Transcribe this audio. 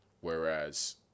Whereas